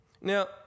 Now